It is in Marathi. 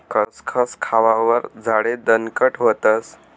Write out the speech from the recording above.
खसखस खावावर हाडे दणकट व्हतस